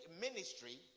ministry